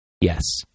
Yes